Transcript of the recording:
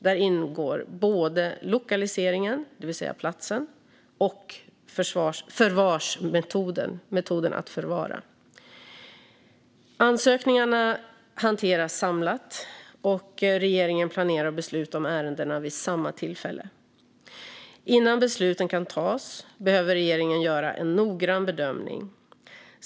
Där ingår både lokaliseringen, det vill säga platsen, och förvarsmetoden. Ansökningarna hanteras samlat, och regeringen planerar att besluta om ärendena vid samma tillfälle. Innan besluten kan fattas behöver regeringen göra en noggrann bedömning.